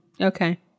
okay